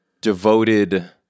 devoted